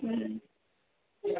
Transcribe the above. হুম